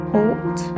Hold